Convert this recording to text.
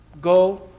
Go